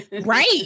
Right